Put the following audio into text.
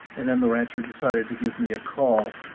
and then the rancher decided to give me a call.